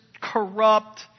corrupt